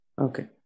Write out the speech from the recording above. Okay